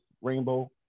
rainbow